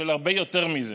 של הרבה יותר מזה.